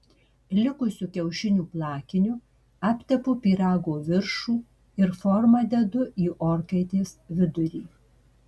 likusiu kiaušinių plakiniu aptepu pyrago viršų ir formą dedu į orkaitės vidurį